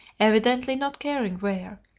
evidently not caring where,